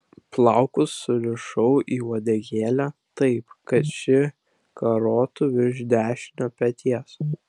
plaukus surišau į uodegėlę taip kad ši karotų virš dešinio peties